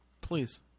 please